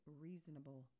Reasonable